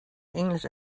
english